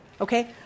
okay